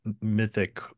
mythic